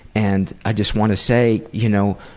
and i just want to say, you know,